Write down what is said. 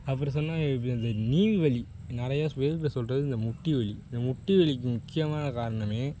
அப்புறம் சொன்னால் அந்த நீவி வலி நிறையா பேர் இப்போ சொல்கிறது இந்த முட்டி வலி இந்த முட்டி வலிக்கு முக்கியமான காரணமே